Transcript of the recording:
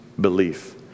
belief